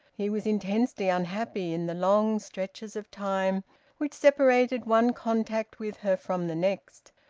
he was intensely unhappy in the long stretches of time which separated one contact with her from the next.